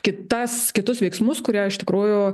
kitas kitus veiksmus kurie iš tikrųjų